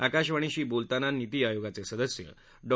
आकाशवाणीशी बोलताना निती आयोगाचे सदस्य डॉ